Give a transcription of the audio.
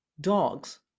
dogs